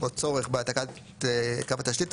או צורך בהעתקת קו התשתית.